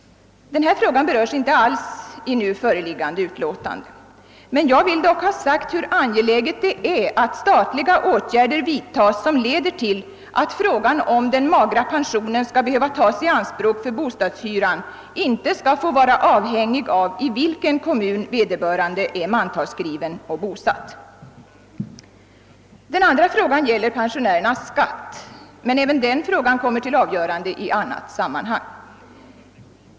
Denna fråga berörs inte alls i det nu föreliggande utlåtandet. Jag vill dock framhålla att det är angeläget att statliga åtgärder vidtas som leder till att frågan om huruvida den magra pensionen skall behöva tas i anspråk för bostadshyra inte skall få vara avhängig av i vilken kommun vederbörande är mantalsskriven och bosatt. Den andra frågan gäller pensionärernas skatt, men även den skall avgöras i annat sammanhang.